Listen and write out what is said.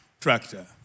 tractor